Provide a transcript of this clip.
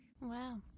Wow